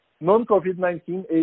non-COVID-19